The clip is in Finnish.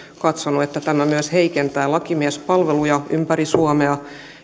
katsonut että tämä myös heikentää lakimiespalveluja ympäri suomea